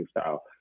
style